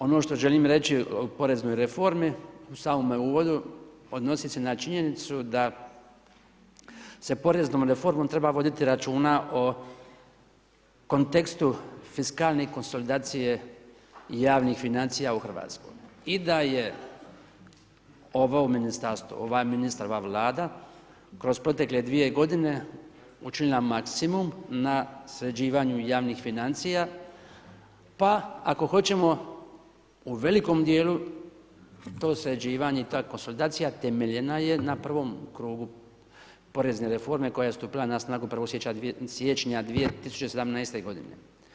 Ono što želim reći o poreznoj reformi u samome uvodu odnosi se na činjenicu da se poreznom reformom treba voditi računa o kontekstu fiskalne konsolidacije javnih financija u Hrvatskoj i da je ovo ministarstvo, ovaj ministar, ova Vlada kroz protekle 2 godine učinila maksimum na sređivanju javnih financija pa ako hoćemo u velikom dijelu to sređivanje i ta konsolidacija temeljena je na prvom krugu porezne reforme koja je stupila na snagu 1. siječnja 2017. godine.